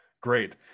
great